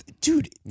Dude